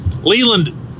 Leland